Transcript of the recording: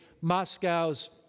Moscow's